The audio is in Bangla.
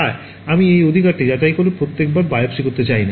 আমি এই অধিকারটি যাচাই করতে প্রতিবার বায়োপসি করতে চাই না